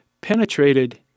penetrated